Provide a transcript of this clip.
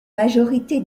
majorité